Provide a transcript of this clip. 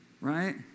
right